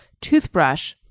toothbrush